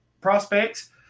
prospects